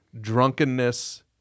drunkenness